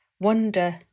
Wonder